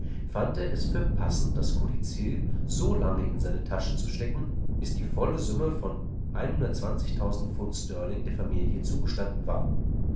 fand er es für passend das kodizill so lange in seine tasche zu stecken bis die volle summe von st der familie zugestanden war